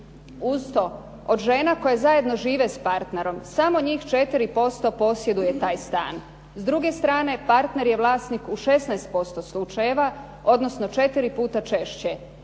Uz to od žena koje zajedno žive s partnerom samo njih 4% posjeduje taj stan. S druge strane partner je vlasnik u 16% slučajeva odnosno 4 puta češće.